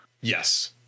Yes